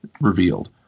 revealed